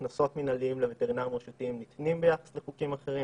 קנסות מנהליים לווטרינריים רשותיים ניתנים ביחס לחוקים אחרים,